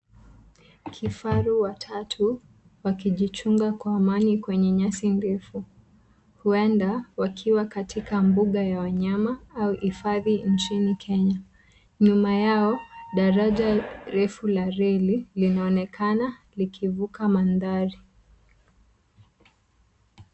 Kifaru watatu wakijichunga kwa amani kwenye nyasi ndefu. Huenda wakiwa katika mbuga ya wanyama au hifadhi nchini Kenya. Nyuma yao, daraja refu la reli linaonekana likivuka mandhari.